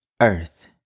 Earth